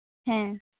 ᱦᱮᱸ